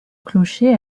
clocher